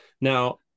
Now